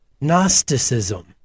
Gnosticism